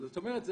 זאת אומרת,